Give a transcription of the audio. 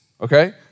Okay